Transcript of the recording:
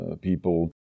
people